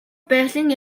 байгалийн